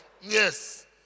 Yes